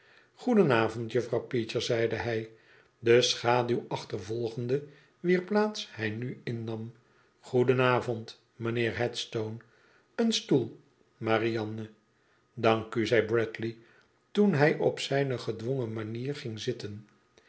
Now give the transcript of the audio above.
goedenavond jufifrouw peecher zeidehij de schaduw achtervolgende wier plaats hij nu innam goedenavond mijnheer headstone een stoel marianne danku zeibradley toen hij op zijne gedwongen manier ging zitten